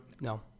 No